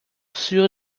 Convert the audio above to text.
sur